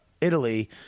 Italy